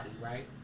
right